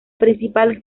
principal